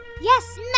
Yes